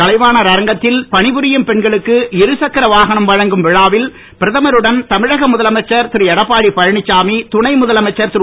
கலைவாணர் அரங்கத்தில் பணிபுரியும் பெண்களுக்கு இருசக்கர வாகனம் வழங்கும் விழாவில் பிரதமருடன் தமிழக முதலமைச்சர் திருஎடப்பாடிபழனிச்சாமி துணை முதலமைச்சர் திரு